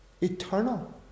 Eternal